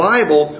Bible